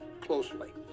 closely